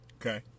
okay